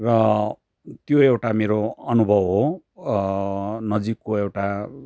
र त्यो एउटा मेरो अनुभव हो नजिकको एउटा